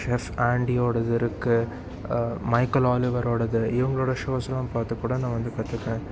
chef ஆண்டியோடது இருக்குது Michael ஆலிவரோடது இவங்களோட ஷோஸ்லாம் பார்த்து கூட நான் வந்து கற்றுப்பேன்